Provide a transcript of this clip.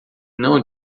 não